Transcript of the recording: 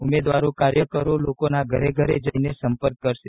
ઉમેદવારો કાર્યકરો લોકોના ઘરે ઘરે જઇને સંપર્ક કરશે